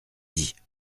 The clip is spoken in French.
dit